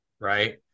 Right